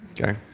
Okay